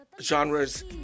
genres